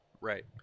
Right